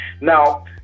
Now